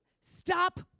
stop